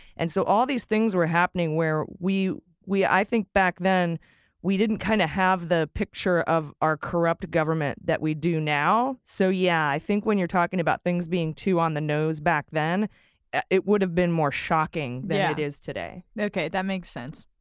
and so all these things were happening where i i think back then we didn't kind of have the picture of our corrupt government that we do now. so yeah, i think when you're talking about things being too on the nose, back then it would have been more shocking than it is today. okay, that makes sense.